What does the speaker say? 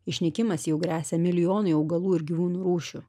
išnykimas jau gresia milijonai augalų ir gyvūnų rūšių